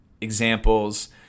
examples